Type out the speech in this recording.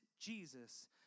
Jesus